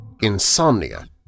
insomnia